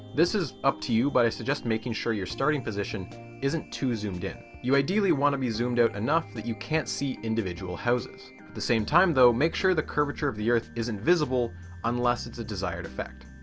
this is up to you, but i suggest making sure your starting position isn't too zoomed in. you ideally want to be zoomed out enough that you can't see individual individual houses. at the same time though, make sure the curvature of the earth isn't visible unless it's a desired effect.